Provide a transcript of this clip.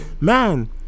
man